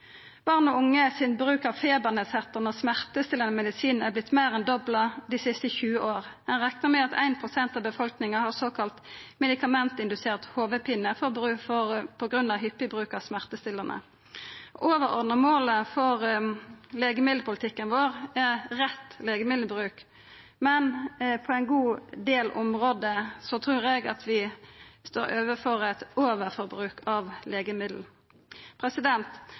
Barn og unge sin bruk av febernedsetjande og smertestillande medisin har vorte meir enn dobla dei siste 20 åra. Ein reknar med at 1 pst. av befolkninga har såkalla medikamentindusert hovudpine på grunn av hyppig bruk av smertestillande. Det overordna målet for legemiddelpolitikken vår er rett legemiddelbruk, men på ein god del område trur eg vi vi står overfor eit overforbruk av legemiddel.